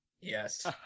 Yes